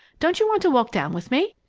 don't you want to walk down with me?